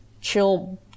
chill